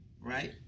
right